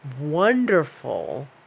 wonderful